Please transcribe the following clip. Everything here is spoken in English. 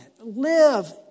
Live